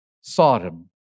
Sodom